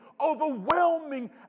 overwhelming